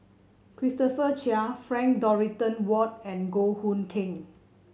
Christopher Chia Frank Dorrington Ward and Goh Hood Keng